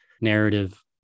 narrative